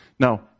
Now